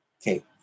Okay